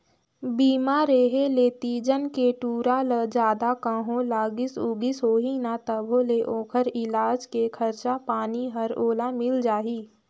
बीमा रेहे ले तीजन के टूरा ल जादा कहों लागिस उगिस होही न तभों ले ओखर इलाज के खरचा पानी हर ओला मिल जाही